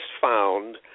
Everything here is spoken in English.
found